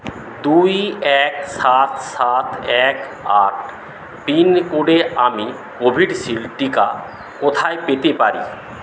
দুই এক সাত সাত এক আট পিনকোডে আমি কোভিশিল্ড টিকা কোথায় পেতে পারি